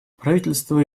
правительство